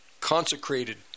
consecrated